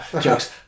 jokes